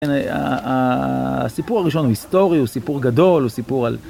הסיפור הראשון הוא היסטורי, הוא סיפור גדול, הוא סיפור על...